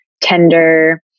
tender